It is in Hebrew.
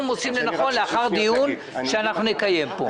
מוצאים לנכון לאחר דיון שאנחנו נקיים פה.